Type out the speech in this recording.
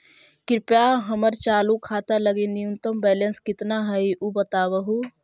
कृपया हमर चालू खाता लगी न्यूनतम बैलेंस कितना हई ऊ बतावहुं